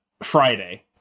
friday